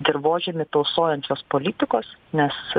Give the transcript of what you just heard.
dirvožemį tausojančios politikos nes